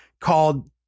called